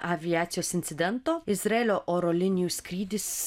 aviacijos incidento izraelio oro linijų skrydis